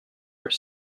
were